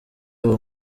uwo